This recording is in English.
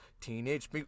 Teenage